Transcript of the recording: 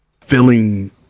feeling